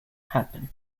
happen